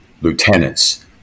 lieutenants